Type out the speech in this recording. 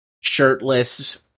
shirtless